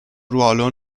ruolo